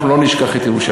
אנחנו לא נשכח את ירושלים.